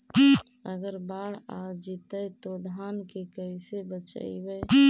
अगर बाढ़ आ जितै तो धान के कैसे बचइबै?